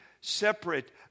separate